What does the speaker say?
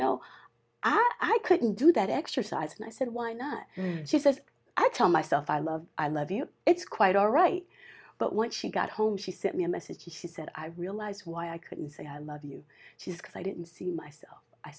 know i couldn't do that exercise and i said why not she says i tell myself i love i love you it's quite alright but when she got home she sent me a message she said i realized why i couldn't say i love you she's because i didn't see myself i